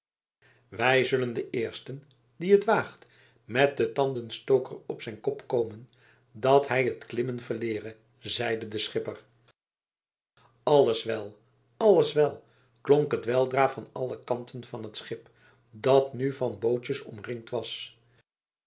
wij zullen den eersten die het waagt met den tandenstoker op zijn kop komen dat hij het klimmen verleere zeide de schipper alles wel alles wel klonk het weldra van alle kanten van het schip dat nu van bootjes omringd was